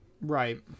Right